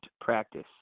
practice